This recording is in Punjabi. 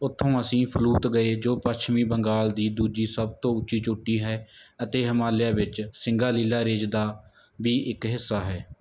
ਉੱਥੋਂ ਅਸੀਂ ਫਲੂਤ ਗਏ ਜੋ ਪੱਛਮੀ ਬੰਗਾਲ ਦੀ ਦੂਜੀ ਸਭ ਤੋਂ ਉੱਚੀ ਚੋਟੀ ਹੈ ਅਤੇ ਹਿਮਾਲਿਆ ਵਿੱਚ ਸਿੰਗਾਲੀਲਾ ਰਿਜ ਦਾ ਵੀ ਇੱਕ ਹਿੱਸਾ ਹੈ